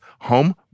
home